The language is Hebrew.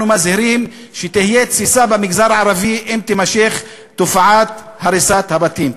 אנחנו מזהירים שתהיה תסיסה במגזר הערבי אם תימשך תופעת הריסת הבתים.